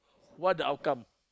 what the outcome